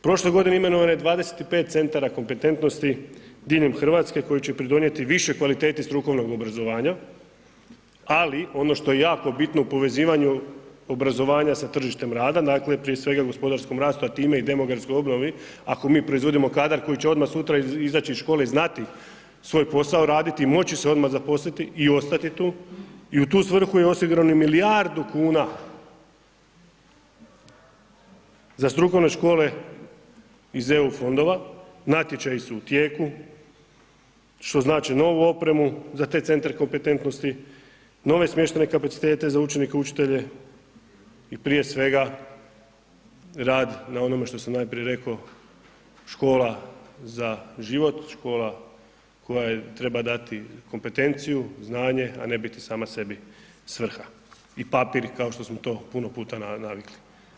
Prošle godine imenovano je 25 centara kompetentnosti diljem Hrvatske koje će pridonijeti više kvaliteti strukovnog obrazovanja, ali ono što je jako bitno u povezivanju obrazovanja sa tržištem rada, dakle, prije svega gospodarskom rastu, a time i demografskoj obnovi, ako mi proizvodimo kadar koji će odmah sutra izaći iz škole i znati svoj posao raditi i moći se odmah zaposliti i ostati tu i u tu svrhu je osigurano milijardu kuna za strukovne škole iz EU fondova, natječaji su u tijeku, što znači novu opremu za te centre kompetentnosti, nove smještene kapacitete, za učenike, učitelje i prije svega rad na onome što sam najprije rekao, škola za život, škola koja treba dati kompetenciju, znanje, a ne biti sama sebi svrha i papir kao što smo to puno puta navikli.